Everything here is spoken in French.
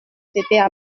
c’était